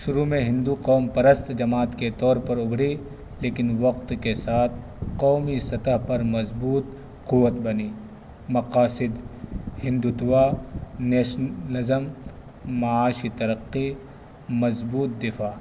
شروع میں ہندو قوم پرست جماعت کے طور پر ابری لیکن وقت کے ساتھ قومی سطح پر مضبوط قوت بنی مقاصد ہندتواء نیشنلزم معاشی ترقی مضبوط دفع